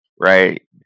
right